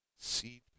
seed